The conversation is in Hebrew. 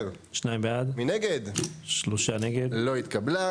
נגד, 3 נמנעים, 0 הרביזיה לא התקבלה.